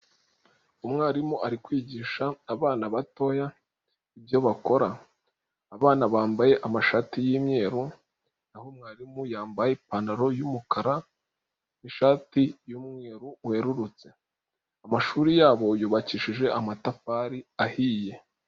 umwarimu ari kwigisha abana batoya ibyo bakora, abana bambaye amashati y'imweru, n'aho mwarimu yambaye ipantaro y'umukara n'ishati y'umweru werurutse, amashuri yabo yubakishije amatafari ahiye.